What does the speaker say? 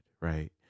right